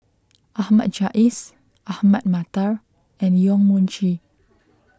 Ahmad Jais Ahmad Mattar and Yong Mun Chee